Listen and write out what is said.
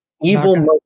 Evil